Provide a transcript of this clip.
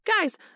Guys